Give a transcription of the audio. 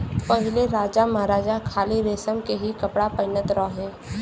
पहिले राजामहाराजा खाली रेशम के ही कपड़ा पहिनत रहे